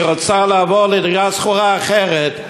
היא רוצה לעבור לדירה שכורה אחרת,